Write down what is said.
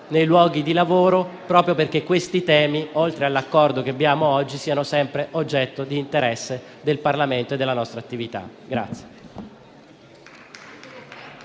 nei luoghi di lavoro, proprio perché questi temi, oltre all'Accordo di cui discutiamo oggi, siano sempre oggetto di interesse del Parlamento e della nostra attività.